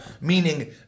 meaning